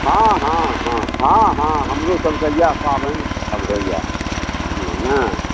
हँ हँ हँ हँ हँ हँ हमरोसबके इएह पाबनिसब होइए बुझलहुँ ने